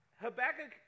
Habakkuk